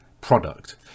product